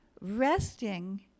Resting